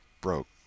broke